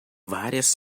várias